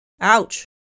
Ouch